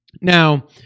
now